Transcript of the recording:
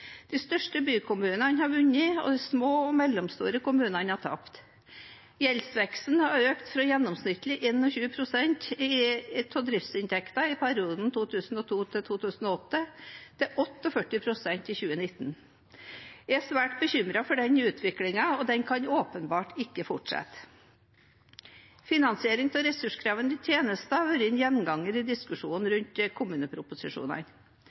De største bykommunene har vunnet, og små og mellomstore kommuner har tapt. Gjeldsveksten har økt fra gjennomsnittlig 21 pst. av driftsinntektene i perioden 2002–2008 til 48 pst. i 2019. Jeg er svært bekymret over denne utviklingen, og den kan åpenbart ikke fortsette. Finansieringen av ressurskrevende tjenester har vært en gjenganger i diskusjonene rundt kommuneproposisjonene.